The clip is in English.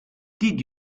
did